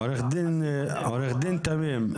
עו"ד תמים,